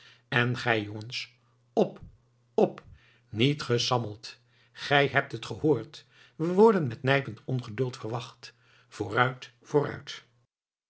en gij jongens op op niet gesammeld gij hebt het gehoord we worden met nijpend ongeduld verwacht vooruit vooruit